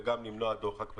וגם למנוע דוחק בתחנות.